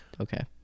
okay